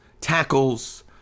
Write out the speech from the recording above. tackles